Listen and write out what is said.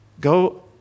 Go